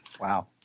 Wow